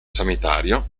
sanitario